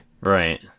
Right